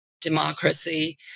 democracy